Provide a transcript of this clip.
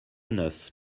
neuf